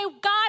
God